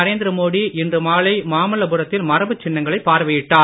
நரேந்திர மோடி இன்று மாலை மாமல்லபுரத்தில் மரபுச் சின்னங்களைப் பார்வையிட்டார்